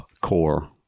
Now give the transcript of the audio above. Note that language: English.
Core